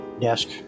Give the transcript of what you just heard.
desk